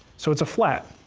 so it's a flat